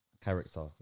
character